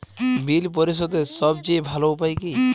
বিল পরিশোধের সবচেয়ে ভালো উপায় কী?